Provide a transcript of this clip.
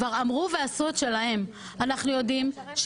אנחנו מכירים מחקרים